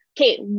okay